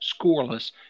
scoreless